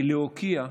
היא להוקיע,